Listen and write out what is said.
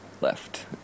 left